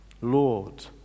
Lord